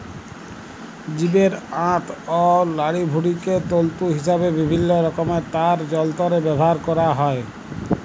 জীবের আঁত অ লাড়িভুঁড়িকে তল্তু হিসাবে বিভিল্ল্য রকমের তার যল্তরে ব্যাভার ক্যরা হ্যয়